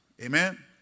Amen